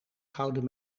gouden